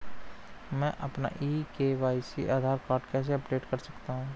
मैं अपना e KYC Aadhaar card कैसे अपडेट कर सकता हूँ?